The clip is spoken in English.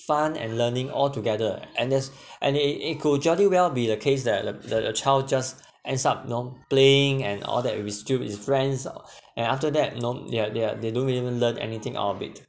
fun and learning altogether and there's and it it could jolly well be the case that the the the child just ends up you know playing and all that with still with his friends and after that you know they are they are they don't really learn anything out of it